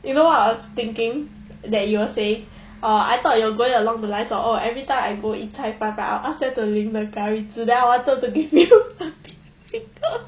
you know what I was thinking that you will say oh I thought you're going along the lines of oh every time I go eat 菜饭 I'll ask them to 玲 the curry 汁 then I wanted to give you something